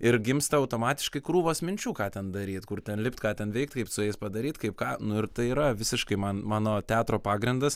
ir gimsta automatiškai krūvos minčių ką ten daryt kur ten lipt ką ten veikt kaip su jais padaryt kaip ką nu ir tai yra visiškai man mano teatro pagrindas